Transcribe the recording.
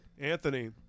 Anthony